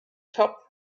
topped